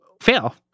fail